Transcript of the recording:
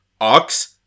Ox